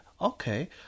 Okay